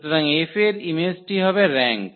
সুতরাং 𝐹 এর ইমেজটি হবে র্যাঙ্ক